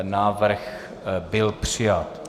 Návrh byl přijat.